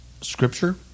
scripture